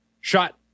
shot